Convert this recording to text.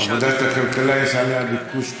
לוועדת הכלכלה יש ביקוש טוב.